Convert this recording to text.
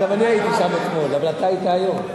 גם אני הייתי שם אתמול, אבל אתה היית היום.